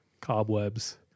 cobwebs